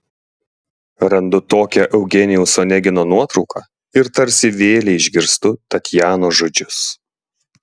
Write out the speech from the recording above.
randu tokią eugenijaus onegino nuotrauką ir tarsi vėlei išgirstu tatjanos žodžius